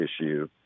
issue